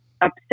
upset